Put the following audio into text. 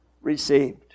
received